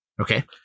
Okay